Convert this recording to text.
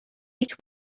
each